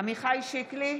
עמיחי שיקלי,